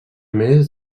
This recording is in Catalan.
més